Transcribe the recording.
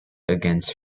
against